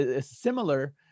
similar